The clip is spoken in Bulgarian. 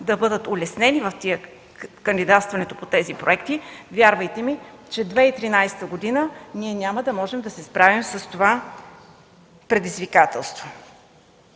да бъдат улеснени при кандидатстването по проектите, вярвайте ми, че през 2013 г. няма да можем да се справим с това предизвикателство.